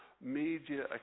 media